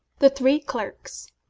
the three clerks,